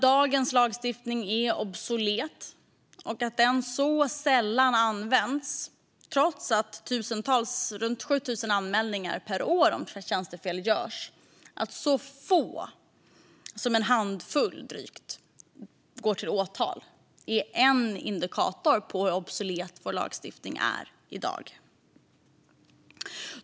Dagens lagstiftning är obsolet, och den används sällan trots att runt 7 000 anmälningar görs per år. Så få som drygt en handfull går till åtal. Det är en indikator på hur obsolet lagstiftningen är i dag.